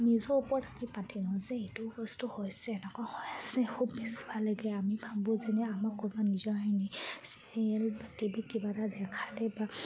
নিজৰ ওপৰত আমি পাতি লওঁ যে এইটো বস্তু হৈছে এনেকুৱা হৈ আছে খুব বেছি ভাল লাগে আমি ভাবোঁ যেনে আমাক ক'বাৰ নিজৰে নেকি চিৰিয়েল বা টি ভি কিবা এটা দেখালে বা